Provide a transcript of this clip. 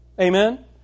Amen